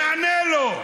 תעמוד במילה שלך.